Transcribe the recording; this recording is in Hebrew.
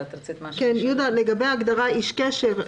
לגבי ההגדרה "איש קשר",